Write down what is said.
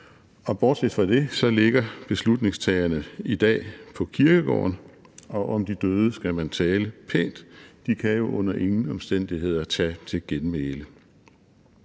og bortset fra det ligger beslutningstagerne i dag på kirkegården, og om de døde skal man tale pænt. De kan jo under ingen omstændigheder tage til genmæle.